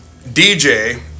DJ